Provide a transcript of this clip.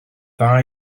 dda